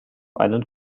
einen